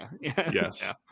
yes